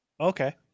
Okay